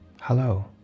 Hello